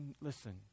listen